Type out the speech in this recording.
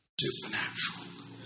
Supernatural